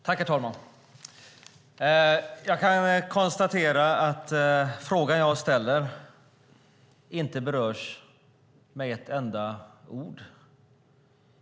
Herr talman! Jag kan konstatera att frågan jag ställde inte berördes med ett enda ord.